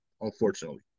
unfortunately